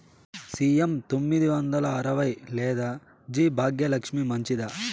CM తొమ్మిది వందల అరవై లేదా జి భాగ్యలక్ష్మి మంచిదా?